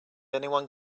anyone